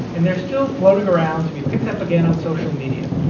and they're still floating around to be picked up again on social media.